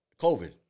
COVID